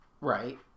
Right